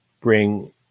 bring